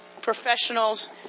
professionals